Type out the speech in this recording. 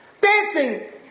dancing